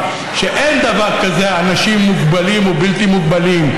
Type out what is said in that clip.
שאין דבר כזה אנשים מוגבלים או בלתי מוגבלים.